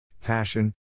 passion